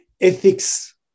ethics